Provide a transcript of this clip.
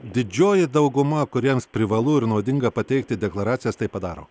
didžioji dauguma kuriems privalu ir naudinga pateikti deklaracijas tai padaro